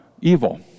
evil